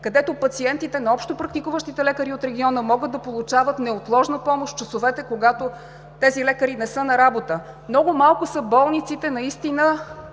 където пациентите на общопрактикуващите лекари от региона могат да получават неотложна помощ в часовете, когато тези лекари не са на работа. Много малко са болниците, които